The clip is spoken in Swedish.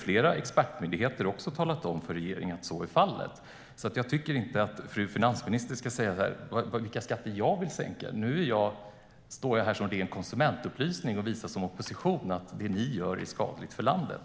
Flera expertmyndigheter har talat om för regeringen att så kommer att bli fallet. Jag tycker inte att fru finansministern ska fråga mig vilka skatter jag vill sänka. Jag ägnar mig åt ren konsumentupplysning och visar som opposition att det regeringen gör är skadligt för landet.